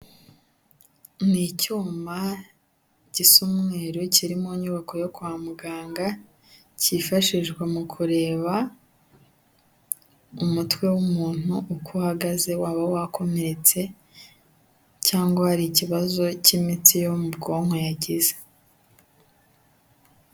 Ni icyuma gisa umweru kiri mu nyubako yo kwa muganga, kifashishwa mu kureba umutwe w'umuntu uko uhagaze waba wakomeretse cyangwa hari ikibazo k'imitsi yo mu bwonko yagize.